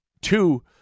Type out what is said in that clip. two